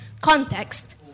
context